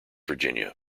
virginia